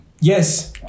Yes